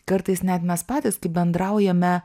kartais net mes patys kai bendraujame